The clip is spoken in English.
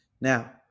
Now